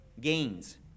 gains